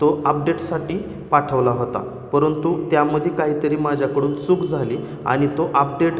तो आपडेटसाठी पाठवला होता परंतु त्यामध्ये काहीतरी माझ्याकडून चूक झाली आणि तो आपडेट